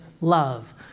love